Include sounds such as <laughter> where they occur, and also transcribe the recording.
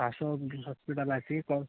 ଆସ <unintelligible> ହସ୍ପିଟାଲ୍ ଆସିକି କର